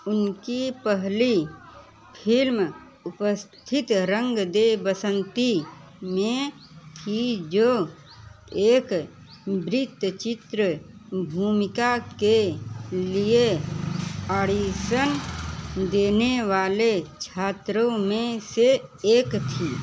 उनकी पहली फ़िल्म उपस्थिति रंग दे बसंती में थी जो एक वृत्तचित्र भूमिका के लिए ऑडिशन देने वाले छात्रों में से एक थी